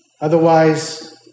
Otherwise